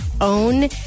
own